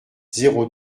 zéro